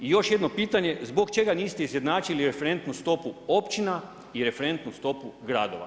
I još jedno pitanje, zbog čega niste izjednačili referentnu stopu općina i referentnu stopu gradova?